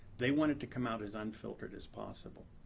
they want it to come out as unfiltered as possible.